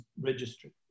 registry